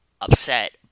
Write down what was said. upset